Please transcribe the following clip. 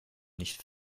nicht